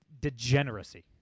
degeneracy